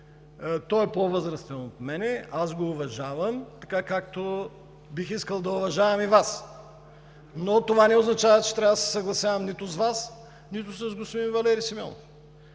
Той е по-възрастен от мен и аз го уважавам така, както бих искал да уважавам и Вас, но това не означава, че трябва да се съгласявам нито с Вас, нито с господин Валери Симеонов.